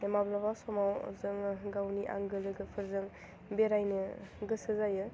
माब्लाबा समाव जोङो गावनि आंगो लोगोफोरजों बेरायनो गोसो जायो